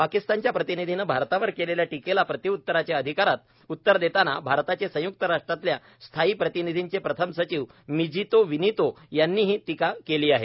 पाकिस्तानच्या प्रतिनिधीनं भारतावर केलेल्या टीकेला प्रत्युत्तराच्या अधिकारात उत्तर देताना भारताचे संयुक्त राष्ट्रातल्या स्थायी प्रतिनिधींचे प्रथम सचिव मिजीतो विनितो यांनी ही टीका केली आहे